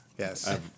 Yes